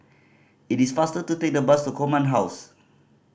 it is faster to take the bus to Command House